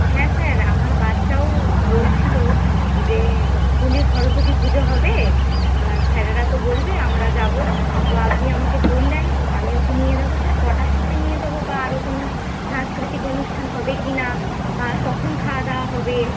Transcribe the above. হ্যাঁ স্যার আমার বাচ্চাও বলছিল যে স্কুলে সরস্বতী পুজো হবে স্যারেরা তো বলবে আমরা যাব তো আপনি আমাকে বললেন আমি ওকে নিয়ে যাব স্যার কটার সময় নিয়ে যাব বা আরও কোনো সাংস্কৃতিক অনুষ্ঠান হবে কিনা বা কখন খাওয়াদাওয়া হবে